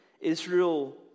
Israel